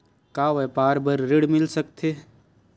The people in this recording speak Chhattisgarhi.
का व्यापार बर ऋण मिल सकथे?